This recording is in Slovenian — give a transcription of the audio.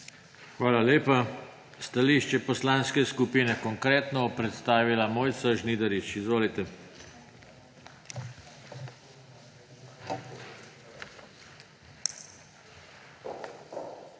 Hvala lepa. Stališče Poslanske skupine Konkretno bo predstavila Mojca Žnidarič. Izvolite.